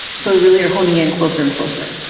so we really are honing in closer and closer.